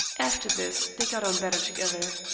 after this they got on better together.